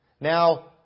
Now